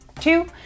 two